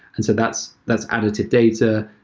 and so that's that's added to data.